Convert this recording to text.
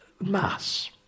mass